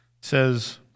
says